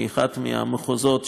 מאחד המחוזות,